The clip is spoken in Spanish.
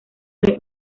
fue